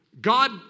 God